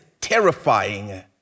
terrifying